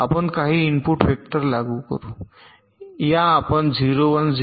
आपण काही input vector लागू करू या आपण 0 1 0 1 आणि 0